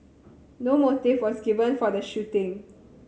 no motive was given for the shooting